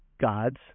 God's